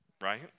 right